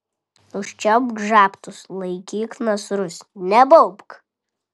užčiaupk žabtus laikyk nasrus nebaubk